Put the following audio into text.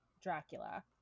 Dracula